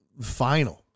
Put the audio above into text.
final